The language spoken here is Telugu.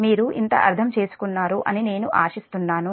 మీరు ఇంత అర్థం చేసుకున్నారు అని నేను ఆశిస్తున్నాను